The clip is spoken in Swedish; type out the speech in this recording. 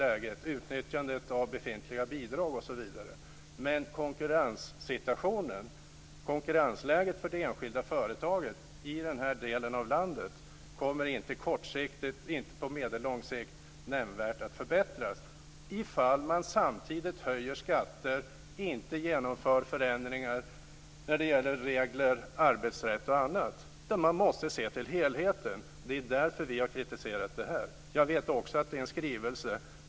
Jag avser då utnyttjandet av befintliga bidrag osv. Konkurrensläget för det enskilda företaget i den här delen av landet kommer dock inte vare sig kortsiktigt eller på medellång sikt att nämnvärt förbättras ifall man samtidigt höjer skatter och låter bli att genomföra förändringar när det gäller regler, arbetsrätt o.d. Man måste se till helheten! Det är därför som vi kritiserat detta. Också jag vet att det är fråga om en skrivelse.